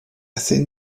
thin